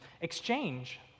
exchange